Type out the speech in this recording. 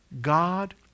God